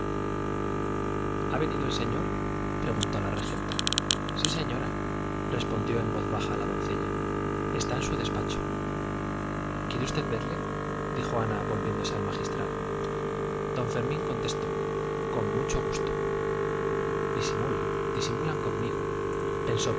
ha venido el señor preguntó la regenta sí señora respondió en voz baja la doncella está en su despacho quiere usted verle dijo ana volviéndose al magistral don fermín contestó con mucho gusto disimulan disimulan conmigo pensó